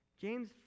James